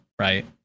right